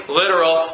literal